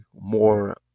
more